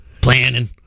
planning